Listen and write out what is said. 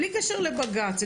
בלי קשר לבג"ץ.